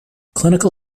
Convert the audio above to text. clinical